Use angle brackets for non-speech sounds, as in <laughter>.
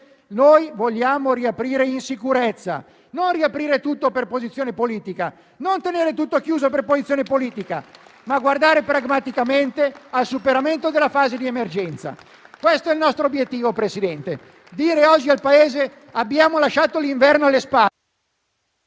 che vogliamo riaprire in sicurezza, non riaprire tutto o tenere tutto chiuso per posizione politica, ma guardare pragmaticamente al superamento della fase di emergenza. <applause> Questo è il nostro obiettivo, signor Presidente: dire oggi al Paese che abbiamo lasciato l'inverno alle spalle.